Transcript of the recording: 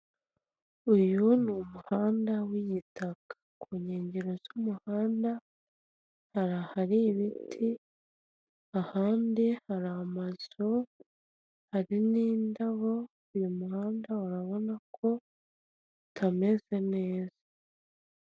Uyu ni umuhanda w'igitaka ku nkengero z'umuhanda hari ahari ibiti, ahandi hari amazu, hari n'indabo. Uyu muhanda urabona ko utameze neza.